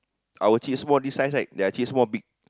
our Chipsmore this size right their Chipsmore big